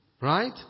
Right